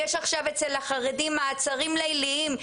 יש עכשיו אצל החרדים מעצרים ליליים,